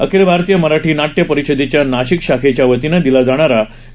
अखिल भारतीय मराठी नाट्य परिषदेच्या नाशिक शाखेच्या वतीनं दिला जाणारा वि